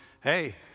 hey